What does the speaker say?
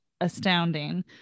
astounding